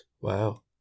Wow